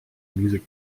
music